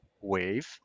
wave